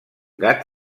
gat